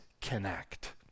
connect